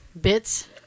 Bits